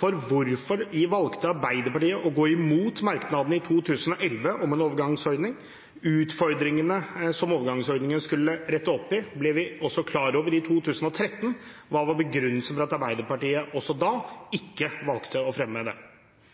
for hvorfor valgte Arbeiderpartiet å gå imot merknadene i 2011 om en overgangsordning? Utfordringene som overgangsordningen skulle rette opp i, ble vi også klar over i 2013. Hva var begrunnelsen for at Arbeiderpartiet da ikke valgte å fremme forslag om det?